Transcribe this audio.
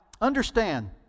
understand